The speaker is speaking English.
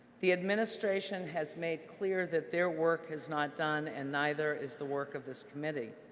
the administration has made clear that their work is not done and neither is the work of this committee.